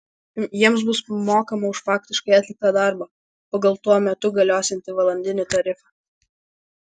jiems bus mokama už faktiškai atliktą darbą pagal tuo metu galiosiantį valandinį tarifą